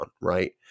right